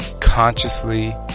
Consciously